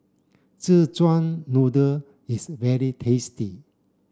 Szechuan noodle is very tasty